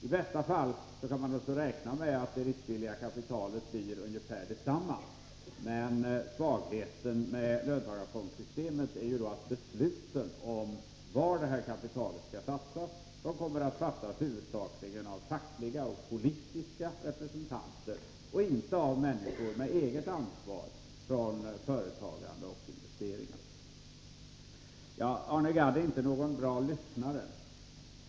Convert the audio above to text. I bästa fall kan man alltså räkna med att det riskvilliga kapitalet blir ungefär detsamma. Svagheten med löntagarfondssystemet är emellertid att besluten om var kapitalet skall satsas kommer att fattas huvudsakligen av fackliga och politiska representanter och inte av människor med egen erfarenhet från företagande och investeringar. Arne Gadd är inte någon bra lyssnare.